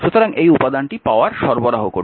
সুতরাং এই উপাদানটি পাওয়ার সরবরাহ করছে